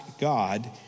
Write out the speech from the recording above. God